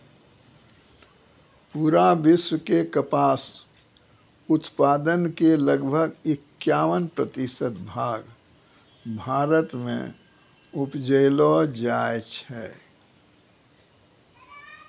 पूरा विश्व के कपास उत्पादन के लगभग इक्यावन प्रतिशत भाग भारत मॅ उपजैलो जाय छै